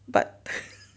but